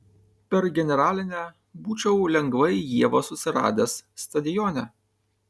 per generalinę būčiau lengvai ievą susiradęs stadione